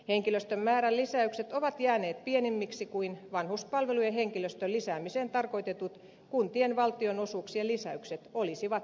henkilöstön määrän lisäykset ovat jääneet pienemmiksi kuin vanhuspalvelujen henkilöstön lisäämiseen tarkoitetut kuntien valtionosuuksien lisäykset olisivat edellyttäneet